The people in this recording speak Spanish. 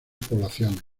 poblaciones